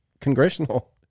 congressional